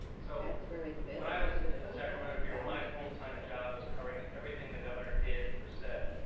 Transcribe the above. so when i was in the sacramento bureau, my full-time job was covering everything the governor did or said.